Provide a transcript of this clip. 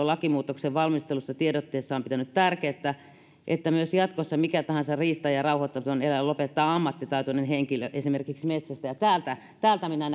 lakimuutoksen valmistelusta tiedottaessaan pitänyt tärkeänä että myös jatkossa minkä tahansa riista tai rauhoittamattoman eläimen lopettaa ammattitaitoinen henkilö esimerkiksi metsästäjä täältä täältä minä